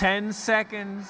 ten second